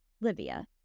Livia